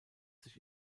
sich